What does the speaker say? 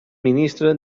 ministre